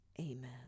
Amen